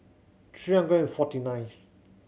three hundred and forty nineth